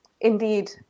indeed